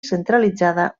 centralitzada